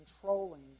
controlling